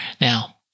Now